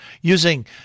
Using